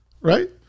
Right